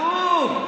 כלום.